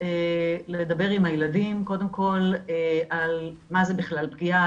לדבר עם הילדים קודם כל על מה זה בכלל פגיעה,